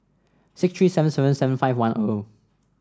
six three seven seven seven five one O